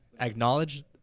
Acknowledge